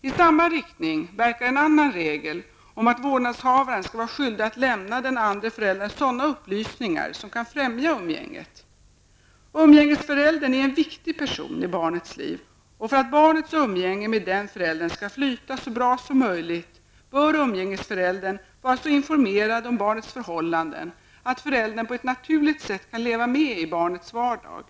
I samma riktning verkar en annan regel om att vårdnadshavaren skall vara skyldig att lämna den andre föräldern sådana upplysningar som kan främja umgänget. Umgängesföräldern är en viktig person i barnets liv, och för att barnets umgänge med den föräldern skall flyta så bra som möjligt bör umgängesföräldern vara så informerad om barnets förhållanden att föräldern på ett naturligt sätt kan leva med i barnets vardag.